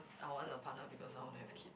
I want a partner because I want to have kid